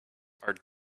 are